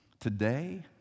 today